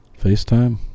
FaceTime